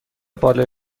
بالای